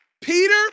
Peter